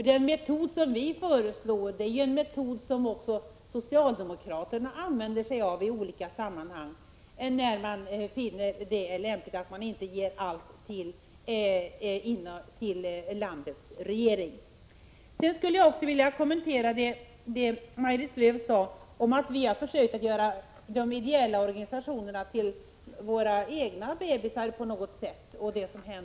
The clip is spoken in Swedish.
Den metod som vi föreslår är den som också socialdemokraterna använder sig av i olika sammanhang när de finner det lämpligt att inte ge allt till landets regering. Sedan skulle jag också vilja kommentera det som Maj-Lis Lööw sade om att vi har försökt göra de ideella organisationerna och det arbete de utför till så att säga våra egna bebisar.